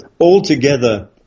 altogether